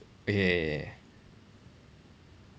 oh yeah yeah